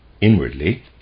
inwardly